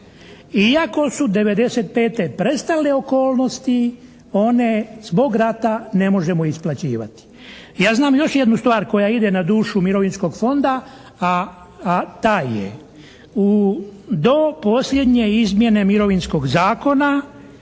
iako su 95. prestali okolnosti one zbog rata ne možemo isplaćivati. Ja znam još jednu stvar koja ide na dušu Mirovinskog fonda, a ta je, do posljednje izmjene Mirovinskog zakona